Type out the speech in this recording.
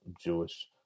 Jewish